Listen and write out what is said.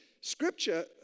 Scripture